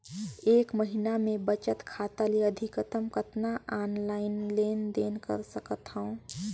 एक महीना मे बचत खाता ले अधिकतम कतना ऑनलाइन लेन देन कर सकत हव?